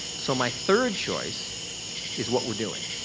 so, my third choice is what we're doing.